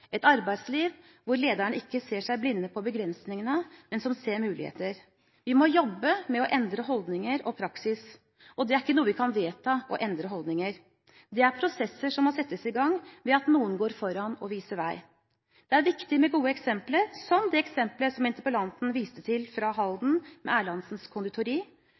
et arbeidsliv hvor lederne ikke ser seg blinde på begrensninger, men ser muligheter. Vi må jobbe med å endre holdninger og praksis. Det å endre holdninger er ikke noe vi kan vedta – det er prosesser som må settes i gang ved at noen går foran og viser vei. Det er viktig med gode eksempler, som det interpellanten viste til fra Halden: Erlandsens